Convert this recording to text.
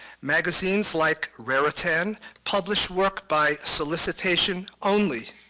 magazines like raritan publish work by solicitation only,